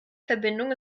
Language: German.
verbindung